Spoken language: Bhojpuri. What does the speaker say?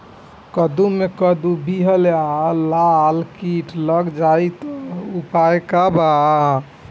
कद्दू मे कद्दू विहल या लाल कीट लग जाइ त का उपाय बा?